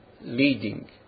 leading